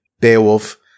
Beowulf